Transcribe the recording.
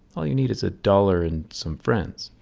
all you need is a dollar and some friends.